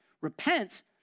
Repent